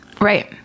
Right